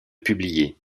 publier